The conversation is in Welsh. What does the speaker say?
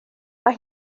mae